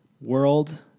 World